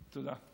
תודה.